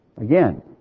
Again